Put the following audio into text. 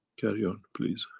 carry on please.